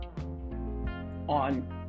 on